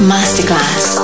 Masterclass